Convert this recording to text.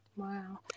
Wow